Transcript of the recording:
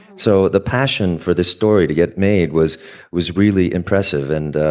so the passion for this story to get made was was really impressive. and,